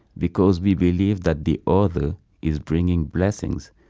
because we believe that the other is bringing blessings.